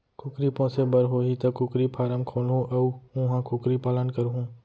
कुकरी पोसे बर होही त कुकरी फारम खोलहूं अउ उहॉं कुकरी पालन करहूँ